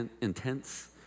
intense